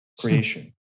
creation